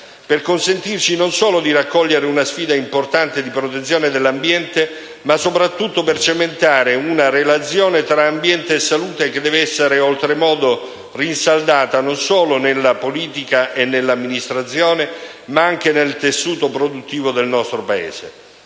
per consentirci di raccogliere una sfida importante di protezione dell'ambiente, ma soprattutto per cementare una relazione tra ambiente e salute, che deve essere oltremodo rinsaldata non solo nella politica e nell'amministrazione, ma anche nel tessuto produttivo del nostro Paese.